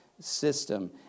system